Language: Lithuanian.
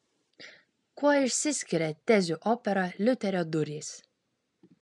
kuo išsiskiria tezių opera liuterio durys